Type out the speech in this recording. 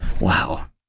wow